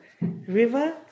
river